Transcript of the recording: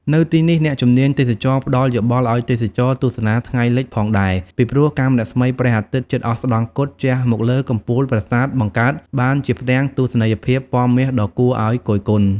នៅទីនេះ អ្នកជំនាញទេសចរណ៍ផ្តល់យោបល់ឲ្យទេសចរទស្សនាថ្ងៃលិចផងដែរ ពីព្រោះ កាំរស្មីព្រះអាទិត្យជិតអស្តង្គតជះមកលើកំពូលប្រាសាទបង្កើតបានជាផ្ទាំងទស្សនីយភាពពណ៌មាសដ៏គួរឲ្យគយគន់។